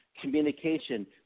communication